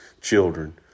children